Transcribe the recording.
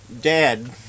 Dad